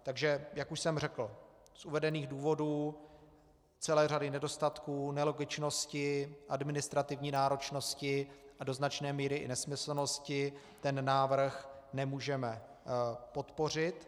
Takže jak už jsem řekl, z uvedených důvodů, celé řady nedostatků, nelogičnosti, administrativní náročnosti a do značné míry i nesmyslnosti ten návrh nemůžeme podpořit.